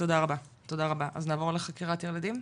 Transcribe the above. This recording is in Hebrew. תודה רבה, אז נעבור לחוקרי ילדים?